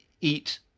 eat